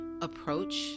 approach